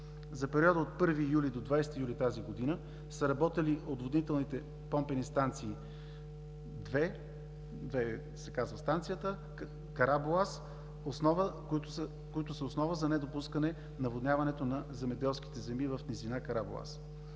За периода от 1 юли до 20 юли тази година са работили отводнителните помпени станции „Две“, „Две“ се казва станцията, „Карабоаз“, които са основа за недопускане наводняването на земеделските земи в низина Карабоаз.